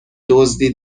دزدی